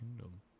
Kingdom